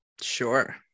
Sure